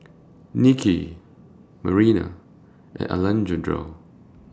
Nicky Marina and Alejandra